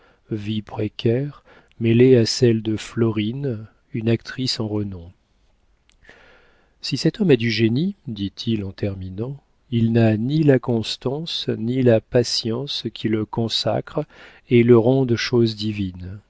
vie précaire mêlée à celle de florine une actrice en renom si cet homme a du génie dit-il en terminant il n'a ni la constance ni la patience qui le consacrent et le rendent chose divine